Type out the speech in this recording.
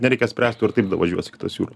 nereikia spręst tu ir taip davažiuosi iki tos jūros